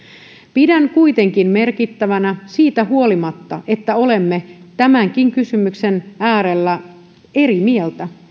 pidän kuitenkin merkittävänä siitä huolimatta että olemme tämänkin kysymyksen äärellä eri mieltä